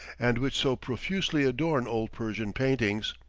and which so profusely adorn old persian paintings.